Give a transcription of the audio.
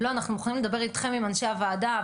אנחנו מוכנים לדבר איתכם אנשי הוועדה,